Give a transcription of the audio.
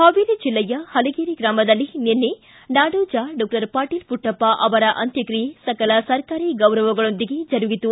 ಹಾವೇರಿ ಜಿಲ್ಲೆಯ ಪಲಗೇರಿ ಗ್ರಾಮದಲ್ಲಿ ನಿನ್ನೆ ನಾಡೋಜ ಡಾಕ್ಟರ್ ಪಾಟೀಲ ಪುಟ್ಟಪ್ಪ ಅವರ ಅಂತ್ಯಕ್ಷಿಯೆ ಸಕಲ ಸರ್ಕಾರಿ ಗೌರವಗಳೊಂದಿಗೆ ಜರುಗಿತು